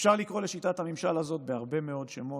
אפשר לקרוא לשיטת הממשל הזאת בהרבה מאוד שמות,